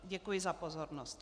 Děkuji za pozornost.